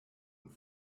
und